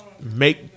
Make